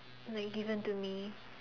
like given to me